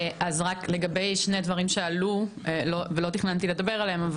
ברצוני לדבר על שני דברים שעלו ולא תכננתי לדבר עליהם.